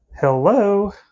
Hello